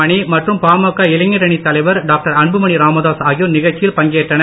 மணி மற்றும் பாமக இளைஞரணி தலைவர் டாக்டர் அன்புமணி ராமதாஸ் ஆகியோர் நிகழ்ச்சியில் பங்கேற்றனர்